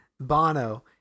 Bono